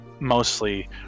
mostly